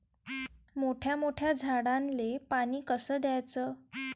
मोठ्या मोठ्या झाडांले पानी कस द्याचं?